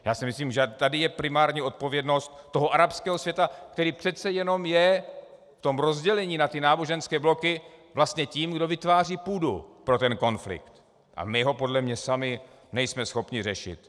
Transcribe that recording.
Já si myslím, že tady je primární odpovědnost arabského světa, který přece jenom je v rozdělení na ty náboženské bloky vlastně tím, kdo vytváří půdu pro ten konflikt, a my ho podle mě sami nejsme schopni řešit.